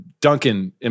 Duncan